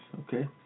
okay